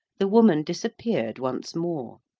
the woman disappeared once more.